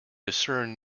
discern